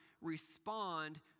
respond